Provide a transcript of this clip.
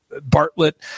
Bartlett